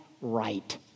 right